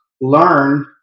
learn